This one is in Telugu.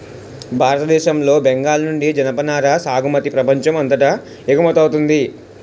భారతదేశం లో బెంగాల్ నుండి జనపనార సాగుమతి ప్రపంచం అంతాకు ఎగువమౌతుంది